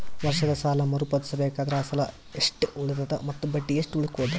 ವರ್ಷದ ಸಾಲಾ ಮರು ಪಾವತಿಸಬೇಕಾದರ ಅಸಲ ಎಷ್ಟ ಉಳದದ ಮತ್ತ ಬಡ್ಡಿ ಎಷ್ಟ ಉಳಕೊಂಡದ?